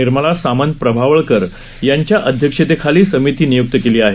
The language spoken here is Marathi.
निर्मला सामंत प्रभावळकर यांच्या अध्यक्षतेखाली समिती नियुक्त केली आहे